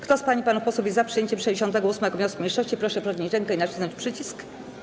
Kto z pań i panów posłów jest za przyjęciem 68. wniosku mniejszości, proszę podnieść rękę i nacisnąć przycisk.